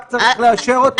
רק צריך לאשר אותם.